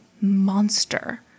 monster